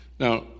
Now